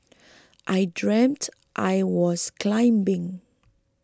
I dreamt I was climbing